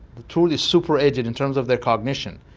truly super-aged in terms of their cognition,